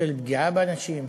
של פגיעה באנשים,